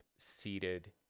Seated